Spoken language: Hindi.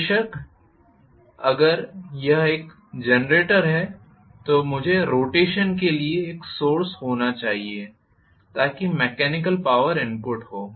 बेशक अगर यह एक जनरेटर है तो मुझे रोटेशन के लिए एक सोर्स होना चाहिए ताकि मेकेनिकल पॉवर इनपुट हो